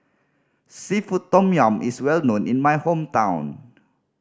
seafood tom yum is well known in my hometown